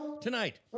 Tonight